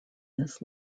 this